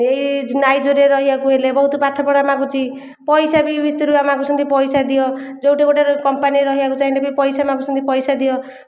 ଏଇ ନାଇଜର୍ ରହିବାକୁ ହେଲେ ବହୁତ ପାଠ ପଢ଼ା ମାଗୁଛି ପଇସା ବି ଭୀତୁରିଆ ମାଗୁଛନ୍ତି ପଇସା ଦିଅ ଯେଉଁଠି ଗୋଟିଏ କମ୍ପାନିରେ ରହିବାକୁ ଚାହିଁଲେ ବି ପଇସା ମାଗୁଛନ୍ତି ପଇସା ଦିଅ